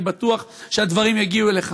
ואני בטוח שהדברים יגיעו אליך: